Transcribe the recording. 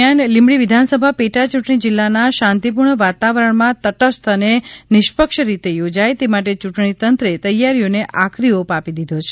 દરમિયાન લીંબડી વિધાનસભા પેટા ચૂંટણી જિલ્લાના શાંતિપૂર્ણ વાતાવરણમાં તટસ્થ અને નિષ્પક્ષ રીતે યોજાય તે માટે યૂંટણી તંત્રે તૈયારીઓને આખરી ઓપ આપી દીધો છે